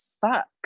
fuck